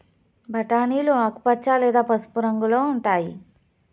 బఠానీలు ఆకుపచ్చ లేదా పసుపు రంగులో ఉంటాయి